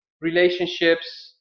relationships